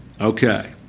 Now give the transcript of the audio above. Okay